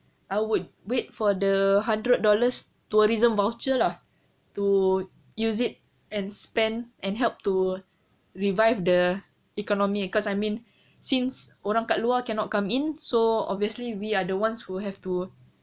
I would wait for the hundred dollars tourism voucher lah to use it and spend and help to revive the economy because I mean since orang kat luar cannot come in so obviously we are the ones who have to